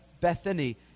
Bethany